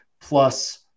plus